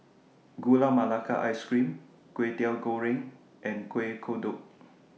Gula Melaka Ice Cream Kway Teow Goreng and Kueh Kodok